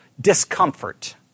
discomfort